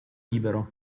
libero